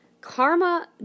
Karma